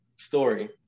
story